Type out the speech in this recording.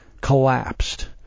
collapsed